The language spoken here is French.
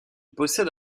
possède